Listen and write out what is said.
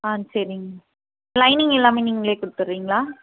ஆ சரிங்க ma'am lining எல்லாமே நீங்களே கொடுத்துறீங்களா